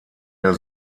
der